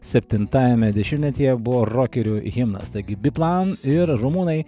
septintajame dešimtmetyje buvo rokerių himnas taigi biplan ir rumunai